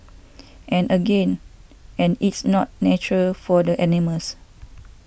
and again and it's not nature for the animals